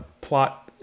plot